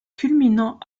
culminant